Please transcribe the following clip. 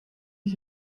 ich